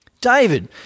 David